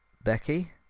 Becky